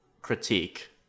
critique